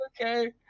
okay